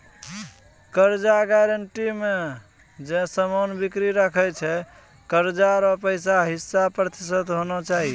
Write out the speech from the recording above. कर्जा गारंटी मे जे समान गिरबी राखै छै कर्जा रो पैसा हस्सी प्रतिशत होना चाहियो